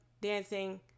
dancing